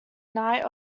knight